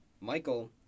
Michael